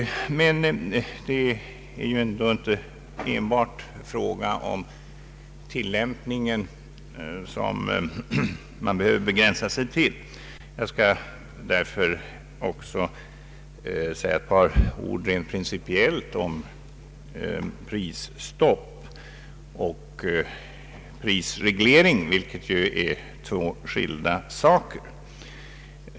Men man behöver inte begränsa sig till enbart frågan om tillämpningen. Jag skall därför också säga ett par ord rent principiellt om prisstopp och prisreglering, vilket ju är två skilda saker.